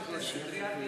כי שר אחר,